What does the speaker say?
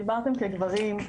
דיברתם כגברים.